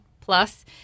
plus